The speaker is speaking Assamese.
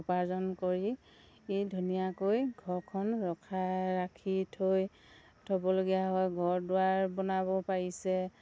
উপাৰ্জন কৰি ই ধুনীয়াকৈ ঘৰখন ৰখা ৰাখি থৈ থ'বলগীয়া হয় ঘৰ দুৱাৰ বনাব পাৰিছে